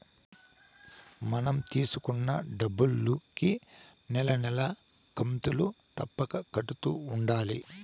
మనం తీసుకున్న డబ్బులుకి నెల నెలా కంతులు తప్పక కడుతూ ఉండాలి